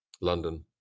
London